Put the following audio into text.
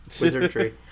Wizardry